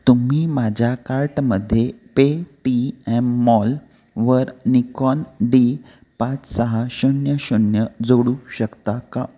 तुम्ही माझ्या कार्टमध्ये पे टी एम मॉल वर निकॉन डी पाच सहा शून्य शून्य जोडू शकता का